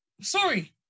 Sorry